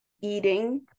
eating